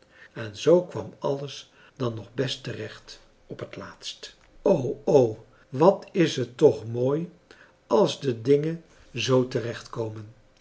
en zoo kwam alles dan nog best terecht op het laatst o o wat is het toch mooi als de dingen zoo